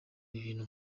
ibintu